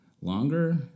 longer